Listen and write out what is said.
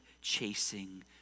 chasing